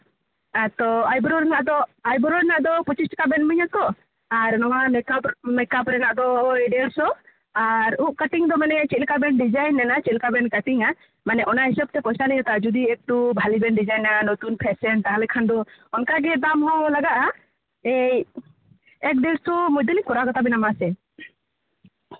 ᱛᱚ ᱟᱭᱵᱨᱳ ᱨᱮᱱᱟᱜ ᱫᱚ ᱟᱭᱵᱨᱳ ᱨᱮᱱᱟᱜ ᱫᱚ ᱯᱚᱸᱪᱤᱥ ᱴᱟᱠᱟ ᱵᱮᱱ ᱤᱢᱟᱹᱲᱟᱛᱚ ᱟᱨ ᱱᱚᱣᱟ ᱢᱮᱠᱟᱯ ᱨᱮᱱᱟᱜ ᱢᱮᱠᱟᱯ ᱨᱮᱱᱟᱜ ᱫᱚ ᱳᱭ ᱰᱮ ᱲᱥᱚ ᱟᱨ ᱩᱯ ᱠᱟᱴᱤᱝ ᱫᱚ ᱢᱟᱱᱮ ᱪᱮᱫ ᱞᱮᱠᱟ ᱵᱮᱱ ᱰᱤᱡᱟᱹᱭᱤᱱ ᱞᱮᱱᱟ ᱪᱮᱫᱞᱮᱠᱟ ᱵᱮᱱ ᱠᱟᱴᱤᱝᱟ ᱢᱟᱱᱮ ᱚᱱᱟ ᱦᱤᱥᱟᱹᱵᱽᱛᱮ ᱯᱚᱭᱥᱟᱞᱤᱧ ᱦᱟᱛᱟᱣᱟ ᱡᱩᱫᱤ ᱮᱠᱴᱩ ᱵᱷᱟᱹᱞᱤ ᱵᱮᱱ ᱰᱤᱡᱟᱭᱤᱱᱟ ᱱᱚᱛᱩᱱ ᱯᱷᱮᱥᱮᱱ ᱛᱟᱦᱞᱮ ᱫᱚ ᱚᱱᱠᱟ ᱜᱮ ᱫᱟᱢ ᱦᱚᱸ ᱞᱟᱜᱟᱜᱼᱟ ᱮᱠᱼᱰᱹᱮᱲᱥᱚ ᱢᱚᱫᱽᱫᱷᱮᱞᱤᱧ ᱠᱚᱨᱟᱣ ᱠᱟᱛᱟ ᱵᱮᱱ